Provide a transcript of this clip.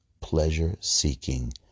pleasure-seeking